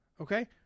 Okay